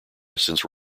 since